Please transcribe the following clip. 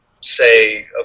say